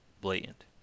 blatant